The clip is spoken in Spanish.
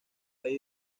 rey